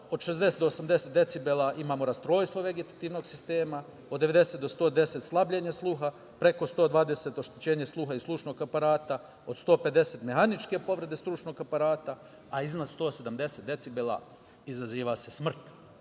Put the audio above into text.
od 60 do 80 decibela imamo rastrojstvo vegetativnog sistema, od 90 do 110 slabljenje sluha, preko 120 oštećenje sluha i slušnog aparata, od 150 mehaničke povrede stručnog aparata, a iznad 170 decibela izaziva se smrt.